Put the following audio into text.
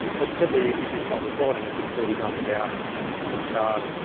which could be if you stop recording, it could still be dumping down to the card.